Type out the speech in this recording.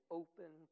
open